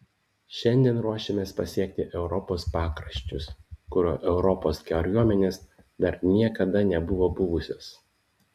šiandien ruošėmės pasiekti europos pakraščius kur europos kariuomenės dar niekada nėra buvusios